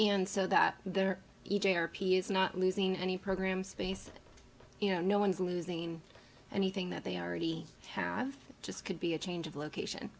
and so that there e j or p is not losing any program space you know no one's losing anything that they already have just could be a change of location